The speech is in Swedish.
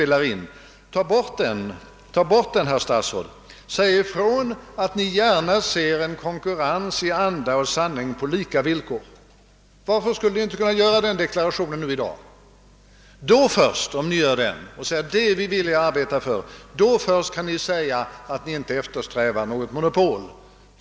Ta bort den risken, herr statsråd, och säg ifrån att Ni gärna ser en konkurrens på lika villkor i anda och sanning! Varför skulle Ni i dag inte kunna göra den deklarationen? Då först kan Ni påstå, att Ni inte eftersträvar något monopol.